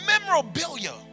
memorabilia